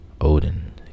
Odin